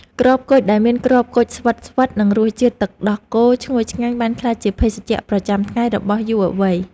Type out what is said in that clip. តែគុជដែលមានគ្រាប់គុជស្វិតៗនិងរសជាតិទឹកដោះគោឈ្ងុយឆ្ងាញ់បានក្លាយជាភេសជ្ជៈប្រចាំថ្ងៃរបស់យុវវ័យ។